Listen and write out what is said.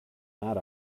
that